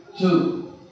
Two